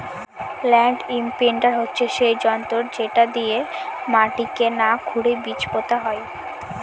land imprinter হচ্ছে সেই যন্ত্র যেটা দিয়ে মাটিকে না খুরেই বীজ পোতা হয়